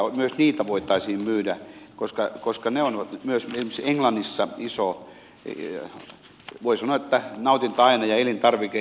että myös niitä voitaisiin myydä koska ne ovat myös esimerkiksi englannissa iso voi sanoa nautintoaine ja elintarvike